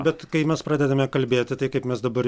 bet kai mes pradedame kalbėti tai kaip mes dabar